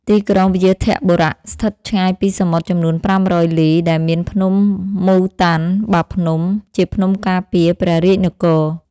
ទីក្រុង វ្យាធបុរៈ ស្ថិតឆ្ងាយពីសមុទ្រចំនួន ៥០០ លី ដែលមានភ្នំ ម៉ូតាន់ បាភ្នំ» ជាភ្នំការពារព្រះរាជនគរ ។